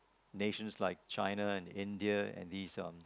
nations like China and India and these um